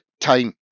time